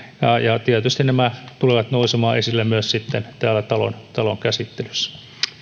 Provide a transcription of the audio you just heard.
ja ja tietysti nämä tulevat nousemaan esille myös sitten täällä talon talon käsittelyssä